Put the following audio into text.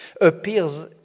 appears